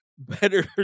better